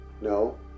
No